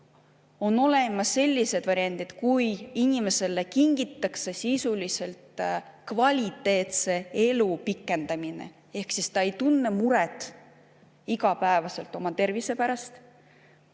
On olemas sellised variandid, kui inimesele kingitakse sisuliselt kvaliteetse elu pikendamine ehk ta ei tunne iga päev muret oma tervise pärast.